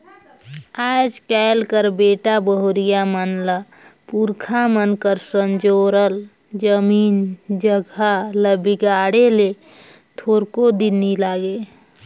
आएज काएल कर बेटा बहुरिया मन ल पुरखा मन कर संजोरल जमीन जगहा ल बिगाड़े ले थोरको दिन नी लागे